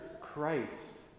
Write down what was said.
Christ